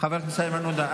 חבר הכנסת איימן עודה,